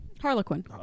Harlequin